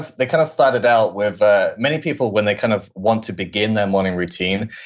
ah they kind of started out with, ah many people, when they kind of want to begin their morning routine,